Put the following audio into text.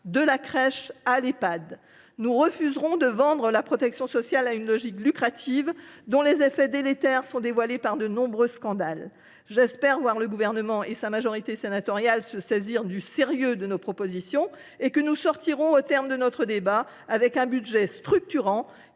de la crèche à l’Ehpad. Nous refuserons de vendre la protection sociale à des acteurs ayant une logique lucrative, dont les effets délétères sont dévoilés par de nombreux scandales. J’espère que le Gouvernement et sa majorité sénatoriale se saisiront du sérieux de nos propositions et que nous sortirons de notre débat avec un budget structurant,